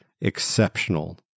exceptional